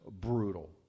brutal